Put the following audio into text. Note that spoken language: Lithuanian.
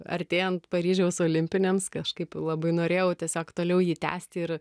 artėjant paryžiaus olimpinėms kažkaip labai norėjau tiesiog toliau jį tęsti ir